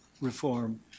reform